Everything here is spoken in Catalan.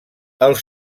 els